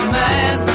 man